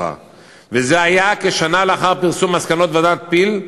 זה היה כשנה לאחר פרסום מסקנות ועדת פיל,